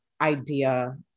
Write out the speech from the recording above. idea